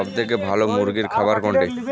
সবথেকে ভালো মুরগির খাবার কোনটি?